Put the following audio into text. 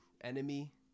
enemy